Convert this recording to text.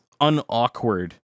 unawkward